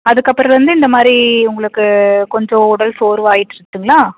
அதுக்கப்புறம்லருந்து இந்த மாதிரி உங்களுக்கு கொஞ்சம் உடல் சோர்வாக ஆகிட்ருக்குங்களா